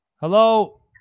Hello